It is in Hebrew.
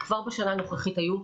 כבר בשנה הנוכחיות היו,